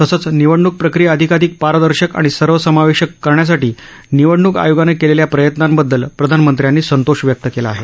तसंच निवडणुक प्रक्रिया अधिकाधिक पारदर्शक आणि सर्वसमावेशक करण्यासाठी निवडण्क आयोगानं केलेल्या प्रयत्नांबद्दल प्रधानमंत्र्यांनी संतोष व्यक्त केला आहे